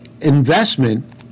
investment